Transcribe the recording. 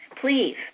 please